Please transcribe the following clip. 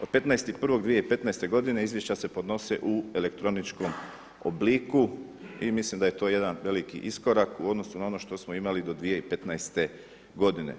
Od 15.1.2015. godine izvješća se podnose u elektroničkom obliku i mislim da je to jedan veliki iskorak u odnosu na ono što smo imali do 2015. godine.